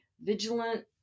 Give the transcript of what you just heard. vigilant